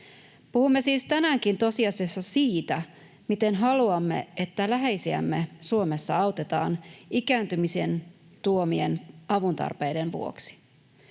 Puhumme siis tänäänkin tosiasiassa siitä, miten haluamme, että läheisiämme Suomessa autetaan ikääntymisen tuomien avuntarpeiden vuoksi.